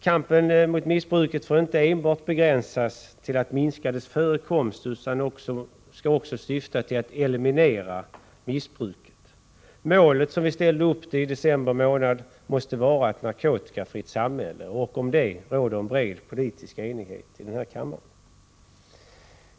Kampen mot missbruket får inte enbart begränsas till att minska dess förekomst utan måste också syfta till att eliminera missbruket. Målet, som vi ställde upp det i december månad, måste vara ett narkotikafritt samhälle. Om detta råder en bred politiskt enighet i den här kammaren.